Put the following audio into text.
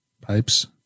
pipes